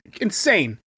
insane